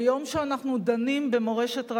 ביום שאנחנו דנים במורשת רבין,